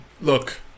Look